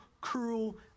cruel